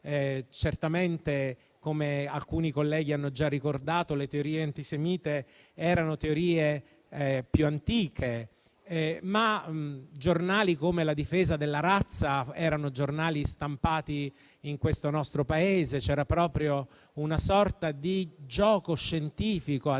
Certamente, come alcuni colleghi hanno già ricordato, le teorie antisemite erano più antiche, ricordo però che giornali come «La difesa della razza» erano stampati in questo nostro Paese; c'era proprio una sorta di gioco scientifico a descrivere